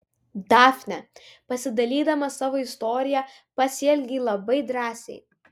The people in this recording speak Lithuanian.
dafne pasidalydama savo istorija pasielgei labai drąsiai